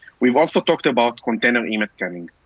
we've also talked about container image scanning.